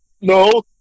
No